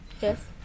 Yes